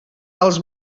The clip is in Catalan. els